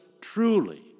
truly